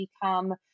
become